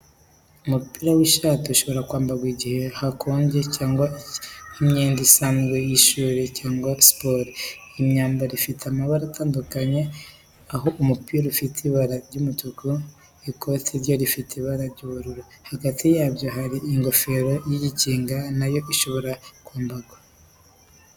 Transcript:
Umupira w’ishati ushobora kwambarwa igihe hakonje cyangwa nk’imyenda isanzwe y’ishuri cyangwa siporo. Iyi myambaro ifite amabara atandukanye, aho umupira ufite ibara ry'umutuku, ikote ryo rifite ibara ry'ubururu. Hagati yabyo hari ingofero y'igikinga na yo ishobora kwambarwa.